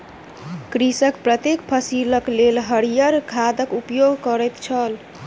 कृषक प्रत्येक फसिलक लेल हरियर खादक उपयोग करैत छल